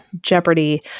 Jeopardy